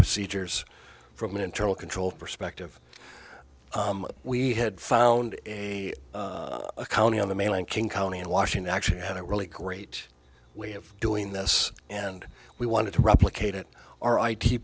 procedures from an internal control perspective we had found a county on the mainland king county in washington actually had a really great way of doing this and we wanted to replicate it our i